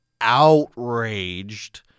outraged